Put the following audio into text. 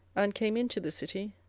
and came into the city